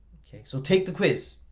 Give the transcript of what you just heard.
so take the quiz.